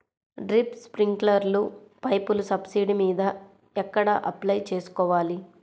Drip, స్ప్రింకర్లు పైపులు subsidy మీద ఎక్కడ అప్లై చేసుకోవాలి?